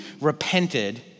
repented